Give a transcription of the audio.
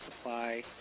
supply